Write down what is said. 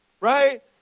Right